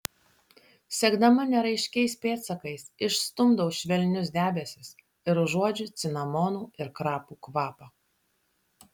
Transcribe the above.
sekdama neraiškiais pėdsakais išstumdau švelnius debesis ir užuodžiu cinamonų ir krapų kvapą